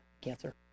cancer